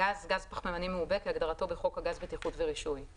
"גז" גז פחמימני מעובה כהגדרתו בחוק הגז (בטיחות ורישוי);